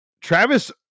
travis